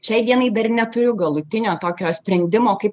šiai dienai dar neturiu galutinio tokio sprendimo kaip